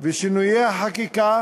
ושינויי החקיקה